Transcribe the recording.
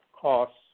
costs